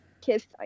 kiss